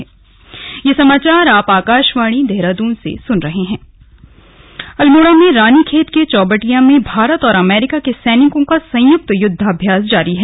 slug सैन्य उपकरण अल्मोड़ा में रानीखेत के चौबटिया में भारत और अमेरिका के सैनिकों का संयुक्त युद्धाभ्यास जारी है